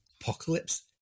apocalypse